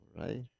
right